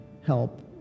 help